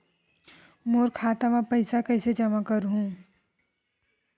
मोर खाता म पईसा कइसे जमा करहु?